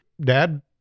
dad